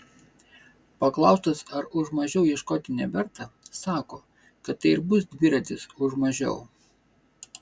paklaustas ar už mažiau ieškoti neverta sako kad tai ir bus dviratis už mažiau